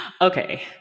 Okay